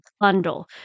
bundle